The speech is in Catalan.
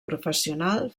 professional